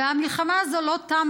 והמלחמה הזאת לא תמה,